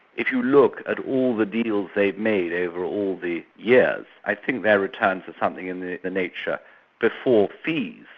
if you look at all the deals they've made over all the years, yeah i think there were times of something in the the nature before fees,